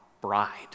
bride